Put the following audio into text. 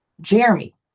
Jeremy